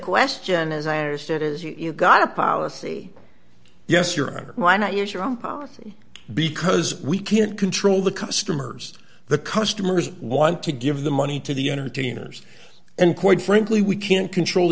question as i understood as you got a policy yes your honor why not use your own policy because we can't control the customers the customers want to give the money to the entertainers and quite frankly we can't control